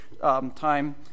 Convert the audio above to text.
time